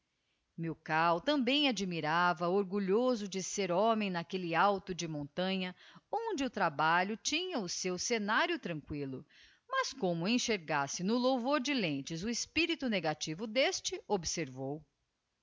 milkau também admirava orgulhoso de ser homem n'aquelle alto de montanha onde o trabalho tinha o seu scenario tranquillo mas como enxergasse no louvor de lentz o espirito negativo d'este observou